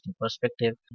perspective